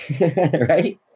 right